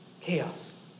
chaos